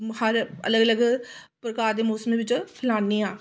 हर अलग अलग प्रकार दे मोसम बिच्च खलान्ने आं